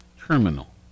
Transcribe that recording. terminal